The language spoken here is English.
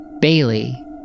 Bailey